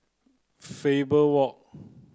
Faber Walk